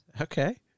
Okay